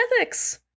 ethics